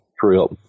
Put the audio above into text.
trip